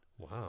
Wow